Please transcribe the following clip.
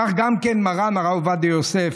כך גם מרן הרב עובדיה יוסף,